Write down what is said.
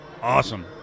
awesome